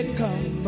come